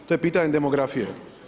To je pitanje demografije.